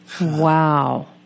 Wow